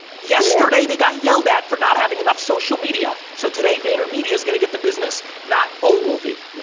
yesterday they got yelled at for not having enough social media so today vaynermedia is gonna get the business not ogilvy.